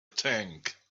tank